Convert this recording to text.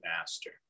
master